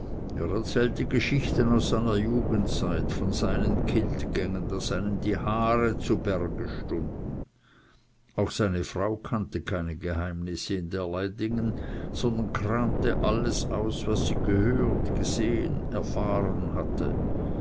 erzählte geschichten aus seiner jugendzeit von seinen kiltgängen daß einem die haare zu berge stunden auch seine frau kannte keine geheimnisse in derlei dingen kramte alles aus was sie gehört gesehen erfahren hatte